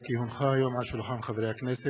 כי הונחו היום על שולחן הכנסת,